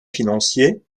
financier